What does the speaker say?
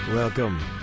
Welcome